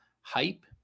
hype